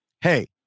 hey